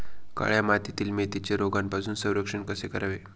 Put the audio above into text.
काळ्या मातीतील मेथीचे रोगापासून संरक्षण कसे करावे?